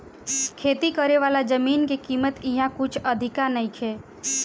खेती करेवाला जमीन के कीमत इहा कुछ अधिका नइखे